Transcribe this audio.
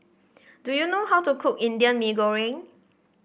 do you know how to cook Indian Mee Goreng